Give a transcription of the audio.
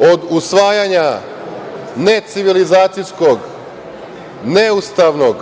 od usvajanja necivilizacijskog, neustavnog